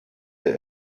der